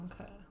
Okay